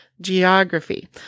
geography